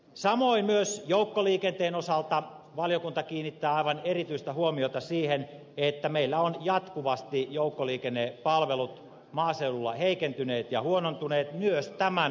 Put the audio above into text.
samoin myös joukkoliikenteen osalta valiokunta kiinnittää aivan erityistä huomiota siihen että meillä ovat jatkuvasti joukkoliikennepalvelut maaseudulla heikentyneet ja huonontuneet myös tämän hallituksen aikana